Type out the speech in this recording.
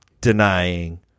denying